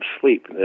sleep